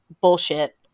bullshit